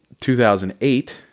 2008